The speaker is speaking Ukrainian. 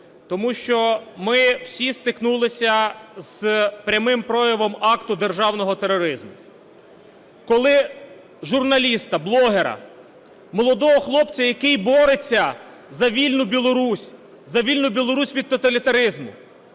тому що ми всі стикнулися з прямим проявом акта державного тероризму. Коли журналіста, блогера, молодого хлопця, який бореться за вільну Білорусь, за вільну Білорусь від тоталітаризму,